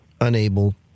unable